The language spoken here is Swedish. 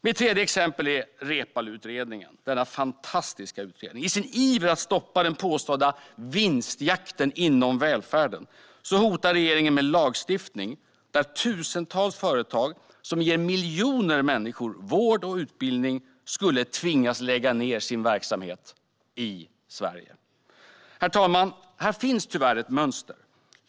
Mitt tredje exempel är Reepalus utredning, denna fantastiska utredning. I sin iver att stoppa den påstådda vinstjakten inom välfärden hotar regeringen med lagstiftning som skulle innebära att tusentals företag som ger miljoner människor vård och utbildning skulle tvingas lägga ned sina verksamheter i Sverige. Herr talman! Det finns tyvärr ett mönster.